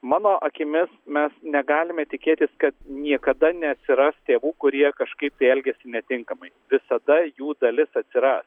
mano akimis mes negalime tikėtis kad niekada neatsiras tėvų kurie kažkaip tai elgiasi netinkamai visada jų dalis atsira